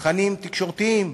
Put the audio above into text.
תכנים תקשורתיים,